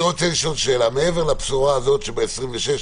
מעבר לבשורה הזאת על ה-26,